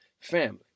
Family